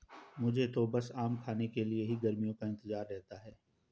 मुझे तो बस आम खाने के लिए ही गर्मियों का इंतजार रहता है